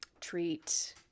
treat